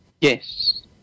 yes